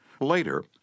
Later